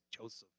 Joseph